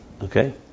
Okay